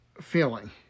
feeling